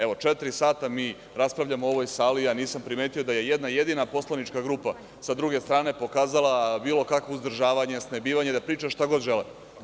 Evo četiri sata mi raspravljamo u ovoj sali i ja nisam primetio da je i jedna jedina poslanička grupa sa druge strane pokazala bilo kakvo uzdržavanje, snebivanje da priča šta god žele.